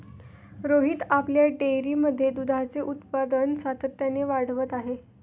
रोहित आपल्या डेअरीमध्ये दुधाचे उत्पादन सातत्याने वाढवत आहे